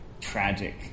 tragic